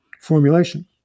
formulation